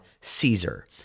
Caesar